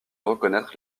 reconnaître